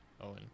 Owen